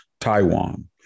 Taiwan